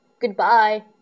Goodbye